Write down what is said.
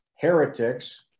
heretics